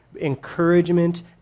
encouragement